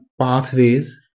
pathways